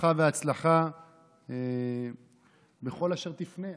ברכה והצלחה בכל אשר תפנה.